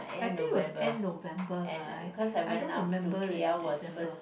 I think was end November right I don't remember it's December